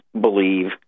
believe